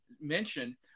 mention